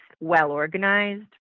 well-organized